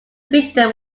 victim